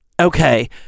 Okay